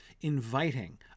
inviting